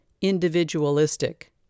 individualistic